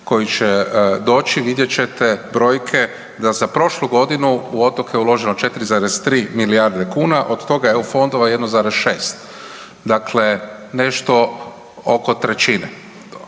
koji će doći, vidjet ćete brojke da za prošlu godinu u otoke uloženo 4,3 milijarde kuna, od toga EU fondova 1,6. Dakle, nešto oko trećine.